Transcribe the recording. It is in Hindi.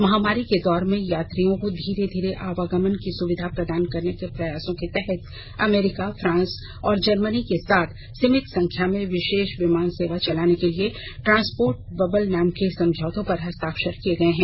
महामारी के दौर में यात्रियों को धीरे धीरे आवागमन की सुविधा प्रदान करने के प्रयासों के तहत अमरीका फ्रांस और जर्मनी के साथ सीमित संख्या में विशेष विमान सेवा चलाने के लिए ट्रांसपोर्ट बबल नाम के समझौतों पर हस्ताक्षर किये गये हैं